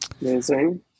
Amazing